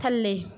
ਥੱਲੇ